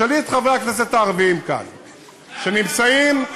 תשאלי את חברי הכנסת הערבים שנמצאים כאן,